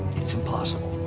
it's impossible.